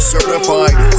Certified